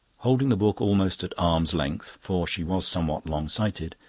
holding the book almost at arm's length, for she was somewhat long-sighted,